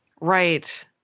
Right